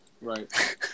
right